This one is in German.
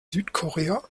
südkorea